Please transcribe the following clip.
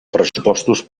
pressupostos